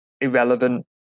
irrelevant